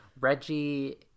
Reggie